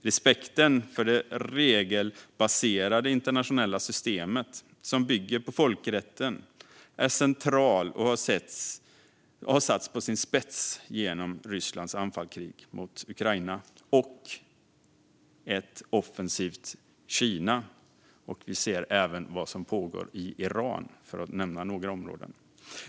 Respekten för det regelbaserade internationella systemet, som bygger på folkrätten, är central och har ställts på sin spets genom Rysslands anfallskrig mot Ukraina och genom ett offensivt Kina. Vi ser även vad som pågår i Iran, för att nämna ytterligare ett område.